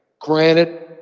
granted